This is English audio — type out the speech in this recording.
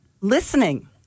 listening